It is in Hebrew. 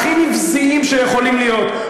הכי נבזיים שיכולים להיות,